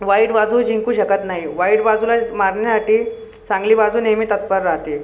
वाईट बाजू जिंकू शकत नाही वाईट बाजूला मारण्यासाठी चांगली बाजू नेहमी तत्पर राहते